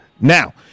Now